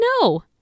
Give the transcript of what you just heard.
no